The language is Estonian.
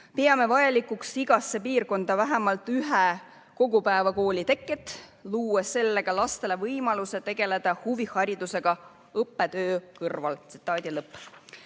Peame vajalikuks igasse piirkonda vähemalt ühe kogupäevakooli teket, luues sellega lastele võimaluse tegeleda huviharidusega õppetöö kõrvalt."